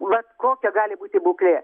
vat kokia gali būti būklė